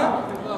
בסדר.